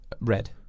Red